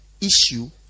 issue